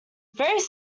various